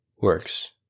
works